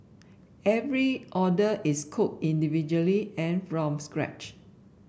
every order is cooked individually and from scratch